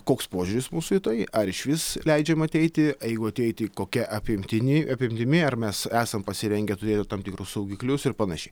koks požiūris mūsų į tai ar išvis leidžiam ateiti jeigu ateiti kokia apimtini apimtimi ar mes esam pasirengę turėti tam tikrus saugiklius ir panašiai